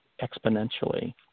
exponentially